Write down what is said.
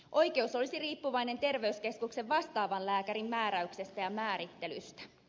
oikeus olisi riippuvainen terveyskeskuksen vastaavan lääkärin määräyksestä ja määrittelystä